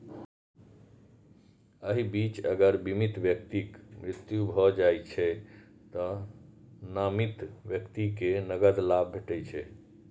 एहि बीच अगर बीमित व्यक्तिक मृत्यु भए जाइ छै, तें नामित व्यक्ति कें नकद लाभ भेटै छै